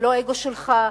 לא האגו שלך,